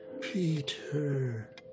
Peter